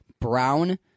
Brown